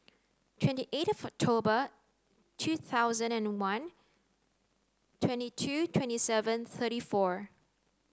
twenty eight October two thousand and one twenty two twenty seven thirty four